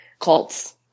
cults